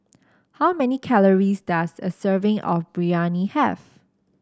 how many calories does a serving of Biryani have